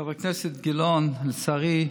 חבר הכנסת גילאון, לצערי,